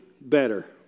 better